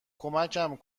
کمکم